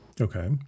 Okay